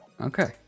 Okay